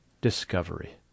discovery